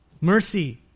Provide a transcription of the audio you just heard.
Mercy